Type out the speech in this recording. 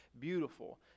beautiful